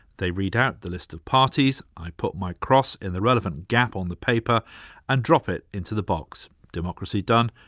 they read out the list of parties, i put my cross in the relevant gap on the paper and drop it into the box. democracy done.